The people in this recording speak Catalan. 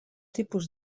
tipus